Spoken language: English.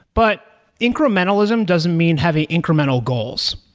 but incrementalism doesn't mean heavy incremental goals.